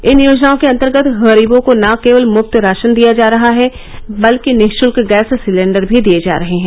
इन योजनाओं के अंतर्गत गरीबों को न केवल मुफ्त राशन दिया जा रहा है बल्कि निःशुल्क गैस सिलेंडर भी दिए जा रहे हैं